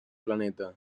planeta